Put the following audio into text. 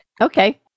Okay